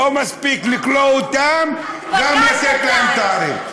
לא מספיק לכלוא אותם, גם לתת להם תארים.